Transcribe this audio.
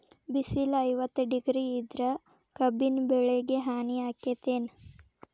ಬಿಸಿಲ ಐವತ್ತ ಡಿಗ್ರಿ ಇದ್ರ ಕಬ್ಬಿನ ಬೆಳಿಗೆ ಹಾನಿ ಆಕೆತ್ತಿ ಏನ್?